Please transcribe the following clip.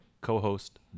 co-host